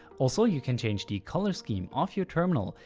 also you can change the color scheme of your terminal.